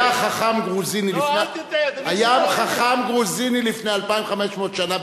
היה חכם גרוזיני לפני 2,500 שנה,